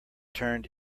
turned